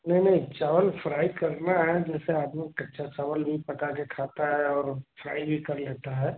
नहीं नहीं चावल फ्राई करना है जैसे आदमी कच्चा चावल पकाकर खाता है और फ्राई भी कर लेता है